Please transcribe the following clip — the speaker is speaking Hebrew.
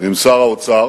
ועם שר האוצר